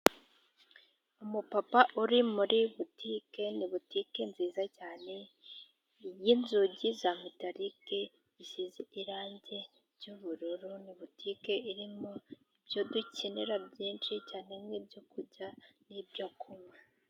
Umupapa uri muri butike. Ni butike nziza cyane, y'inzugi za metalike zisize irangi ry'ubururu. Ni butike irimo ibyo dukenera byinshi ,cyane nk'ibyo kurya n'ibyo kunywa.